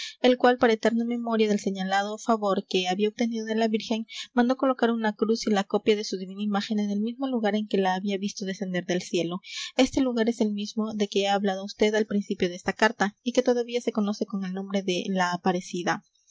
el cual para eterna memoria del señalado favor que había obtenido de la virgen mandó colocar una cruz y la copia de su divina imagen en el mismo lugar en que la había visto descender del cielo este lugar es el mismo de que he hablado á usted al principio de esta carta y que todavía se conoce con el nombre de la aparecida